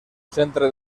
centre